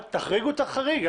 תחריגו את החריג.